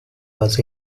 was